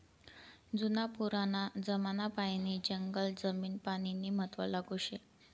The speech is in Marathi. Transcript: जुना पुराना जमानापायीन जंगल जमीन पानीनं महत्व लागू शे